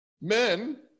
Men